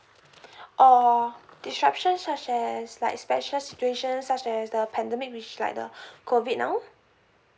or disruptions such as like special situation such as the pandemic which is like the COVID now